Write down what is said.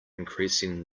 increasing